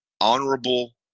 honorable